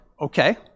Okay